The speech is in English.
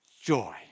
joy